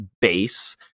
base